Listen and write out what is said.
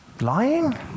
lying